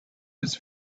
his